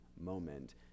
moment